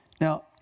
Now